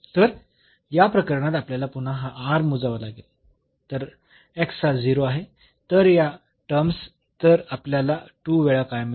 तर या प्रकरणात आपल्याला पुन्हा हा मोजावा लागेल तर हा 0 आहे तर या टर्म्स तर आपल्याला 2 वेळा काय मिळेल